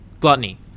Gluttony